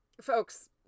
folks